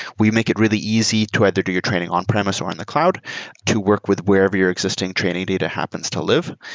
we make it really easy to either do your training on-premise or in the cloud to work with wherever your existing training data happens to live.